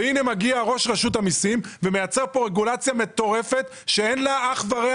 והנה מגיע ראש רשות המיסים ומייצר כאן רגולציה מטורפת שאין לה אח ורע